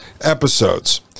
episodes